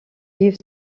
vivent